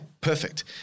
perfect